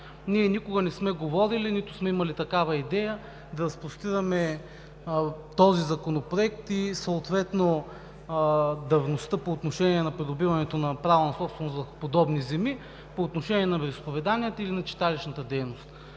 Ние никога не сме говорили, нито сме имали такава идея, да разпростираме този законопроект и съответно давността по отношение на придобиването на право на собственост върху подобни земи по отношение на вероизповеданията или на читалищната дейност.